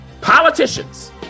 politicians